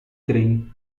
trem